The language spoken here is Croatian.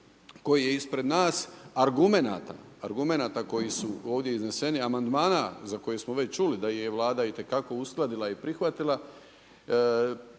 koji je ispred nas, argumenata koji su ovdje izneseni, amandmana za koje smo već čuli da je Vlada itekako uskladila i prihvatila.